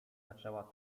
zaczęła